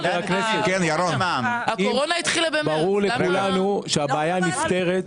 הקורונה התחילה בחודש מרץ.